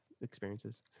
experiences